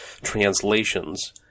translations